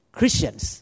Christians